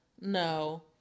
no